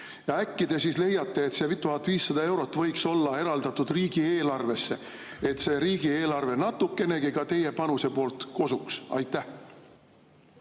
Äkki te nüüd leiate, et see 1500 eurot võiks olla eraldatud riigieelarvesse, et see riigieelarve natukenegi ka teie panuse abil kosuks? Aitäh!